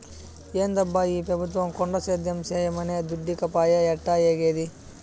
ఏందబ్బా ఈ పెబుత్వం కొండ సేద్యం చేయమనె దుడ్డీకపాయె ఎట్టాఏగేది